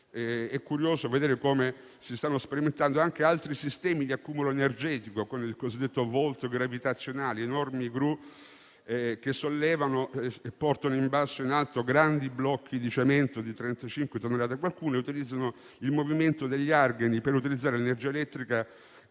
È curioso vedere che si stanno sperimentando anche altri sistemi di accumulo energetico, come il cosiddetto volt gravitazionale: enormi gru sollevano, portando in basso e in alto grandi blocchi di cemento di 35 tonnellate, utilizzando il movimento degli argani per produrre energia elettrica